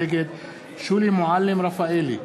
נגד שולי מועלם-רפאלי,